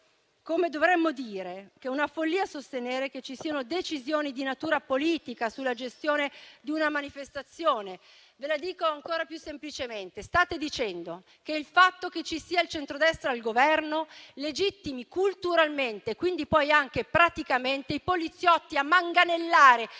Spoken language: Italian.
Come dovremmo dire che è una follia sostenere che ci siano decisioni di natura politica sulla gestione di una manifestazione. Ve lo dico ancora più semplicemente. State sostenendo che il fatto che ci sia il centrodestra al Governo legittimi, culturalmente e poi anche praticamente, i poliziotti a manganellare